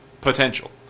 potential